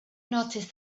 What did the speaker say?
noticed